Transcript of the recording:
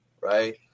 right